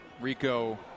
Rico